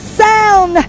sound